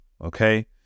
Okay